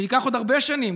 וייקח עוד הרבה שנים,